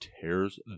tears